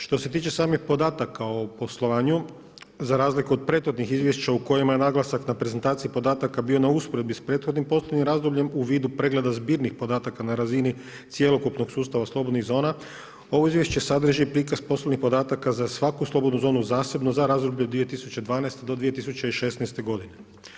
Što se tiče samih podataka o poslovanju za razliku od prethodnih izvješća u kojima je naglasak na prezentaciji podataka bio na usporedbi sa prethodnim poslovnim razdobljem u vidu pregleda zbirnih podataka na razini cjelokupnog sustava slobodnih zona, ovo izvješće sadrži prikaz poslovnih podataka za svaku slobodnu zonu zasebno za razdoblje od 2012. do 2016. godine.